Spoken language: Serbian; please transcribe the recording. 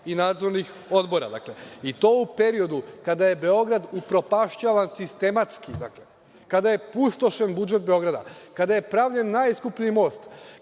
i nadzornih odbora, i to u periodu kada je Beograd upropašćavan sistematski, kada je pustošen budžet Beograda, kada je pravljen najskuplji most,